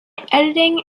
editing